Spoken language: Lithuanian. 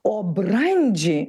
o brandžiai